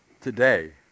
today